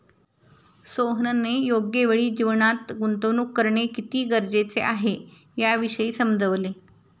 सोहनने योग्य वेळी जीवनात गुंतवणूक करणे किती गरजेचे आहे, याविषयी समजवले